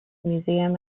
museum